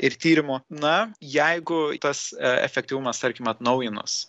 ir tyrimų na jeigu tas e efektyvumas tarkim atnaujinus